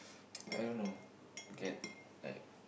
I don't know get like